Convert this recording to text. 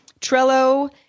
Trello